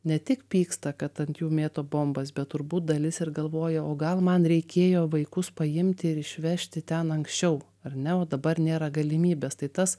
ne tik pyksta kad ant jų mėto bombas bet turbūt dalis ir galvoja o gal man reikėjo vaikus paimti ir išvežti ten anksčiau ar ne o dabar nėra galimybės tai tas